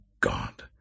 God